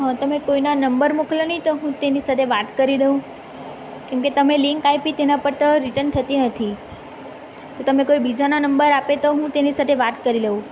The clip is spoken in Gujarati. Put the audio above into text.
હા તમે કોઈના નંબર મોકલોને તો હું તેની સાથે વાત કરી દઉં કેમકે તમે લિન્ક આપી તેના પરતો રિટન થતી નથી તો તમે કોઈ બીજાના નંબર આપે તો હું તેની સાથે વાત કરી લઉં